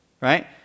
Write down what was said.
right